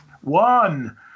One